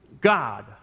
God